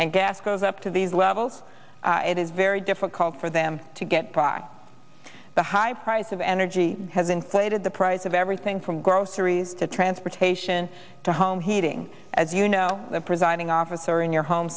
and gas goes up to these levels it is very difficult for them to get by the high price of energy has inflated the price of everything from groceries to transportation to home heating as you know the presiding officer in your home